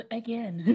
again